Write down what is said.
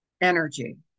energy